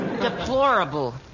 Deplorable